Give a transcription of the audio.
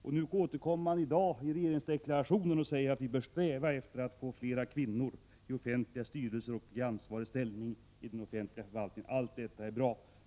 I dag återkommer man också i regeringsdeklarationen och säger: ”Vi bör sträva efter att få fler kvinnor i offentliga styrelser och i ansvarig ställning i den offentliga förvaltningen.” Allt detta är bra.